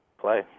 play